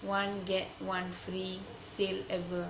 one get one free sale ever